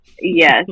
yes